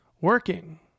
working